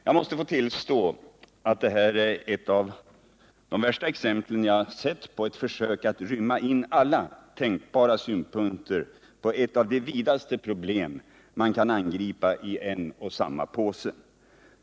Jag måste tillstå att det här är ett av de värsta exempel jag sett på försök att rymma in alla tänkbara synpunkter på ett av de vidaste problem som man kan angripa i en och samma påse.